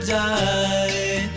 die